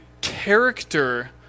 character